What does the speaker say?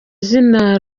zina